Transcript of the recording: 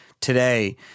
today